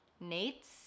Nate's